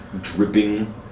dripping